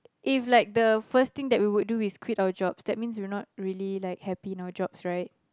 if like the first thing that we would do is quit our jobs that means we're not really like happy in our jobs right